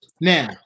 Now